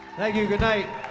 thank you, goodnight.